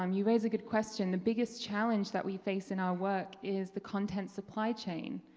um you raised a good question, the biggest challenge that we face in our work is the content supply chain.